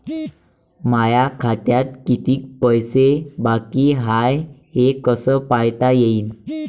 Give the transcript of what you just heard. माया खात्यात कितीक पैसे बाकी हाय हे कस पायता येईन?